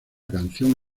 canción